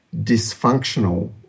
dysfunctional